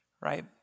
right